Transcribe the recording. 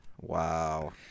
Wow